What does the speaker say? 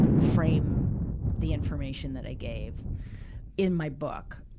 frame the information that i gave in my book.